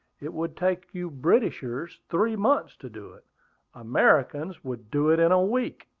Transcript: it would take you britishers three months to do it americans would do it in a week.